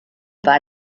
war